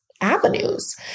avenues